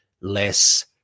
less